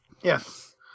yes